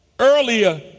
Earlier